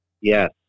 yes